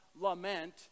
lament